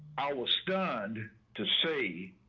i was stunned to see